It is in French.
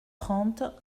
trente